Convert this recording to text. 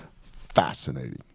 Fascinating